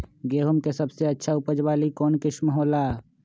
गेंहू के सबसे अच्छा उपज वाली कौन किस्म हो ला?